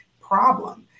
problem